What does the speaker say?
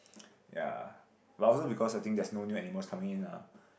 ya but also because I think there's no new animal coming in lah